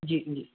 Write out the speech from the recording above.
جی جی